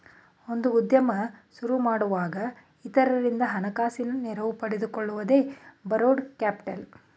ಒಂದು ಉದ್ಯಮ ಸುರುಮಾಡಿಯಾಗ ಇತರರಿಂದ ಹಣಕಾಸಿನ ನೆರವು ಪಡೆದುಕೊಳ್ಳುವುದೇ ಬರೋಡ ಕ್ಯಾಪಿಟಲ್